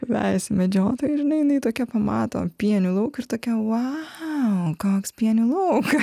vejasi medžiotojai žinai jinai tokia pamato pienių lauką ir tokia vau koks pienių laukas